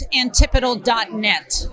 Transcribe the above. antipodal.net